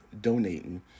donating